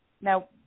Now